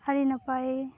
ᱟᱹᱰᱤ ᱱᱟᱯᱟᱭ